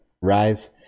rise